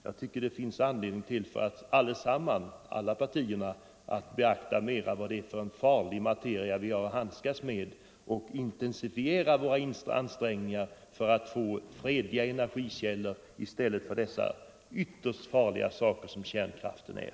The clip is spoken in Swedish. Jag tycker det finns anledning för alla partier att beakta vilken farlig materia vi har att handskas med och därför intensifiera våra ansträngningar för att få fram fredliga energikällor i stället för denna ytterst farliga sak som kärnkraften är.